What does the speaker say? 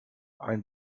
ein